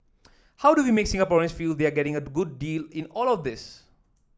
how do you make Singaporean feel they are getting a good deal in all of this